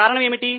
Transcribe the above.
కారణం ఏంటి